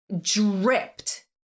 dripped